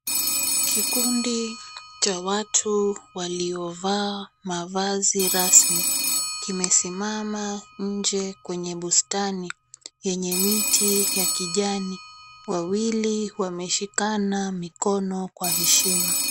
Kikundi cha watu waliovaa mavazi rasmi, kimesimama nje kwenye bustani yenye miti ya kijani. Wawili wameshikana mikono kwa heshima.